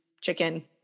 chicken